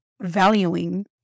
valuing